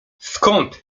skąd